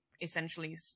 essentially